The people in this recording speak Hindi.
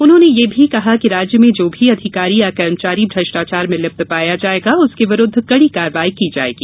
उन्होंने यह भी कहा कि राज्य में जो भी अधिकारी या कर्मचारी भ्रष्टाचार में लिप्त पाया जायेगा उसके विरूद्ध कड़ी कार्रवाई की जायेगी